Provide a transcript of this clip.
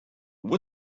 what